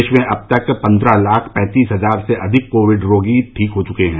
देश में अब तक पन्द्रह लाख पैंतीस हजार से अधिक कोविड रोगी ठीक हो चुके हैं